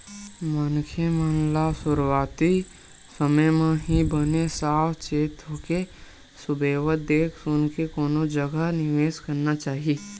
मनखे मन ल सुरुवाती समे म ही बने साव चेत होके सुबेवत देख सुनके कोनो जगा निवेस करना चाही